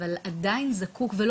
זקוק לזמן.